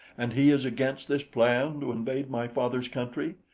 and he is against this plan to invade my father's country?